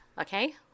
Okay